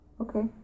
Okay